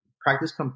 practice